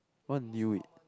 what knew it